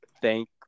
thank